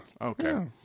Okay